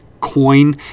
coin